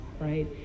right